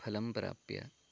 फलं प्राप्य